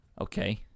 okay